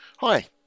Hi